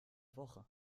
woche